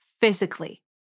physically